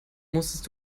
musstest